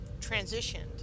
transitioned